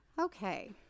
Okay